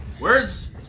Words